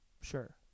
Sure